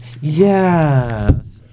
Yes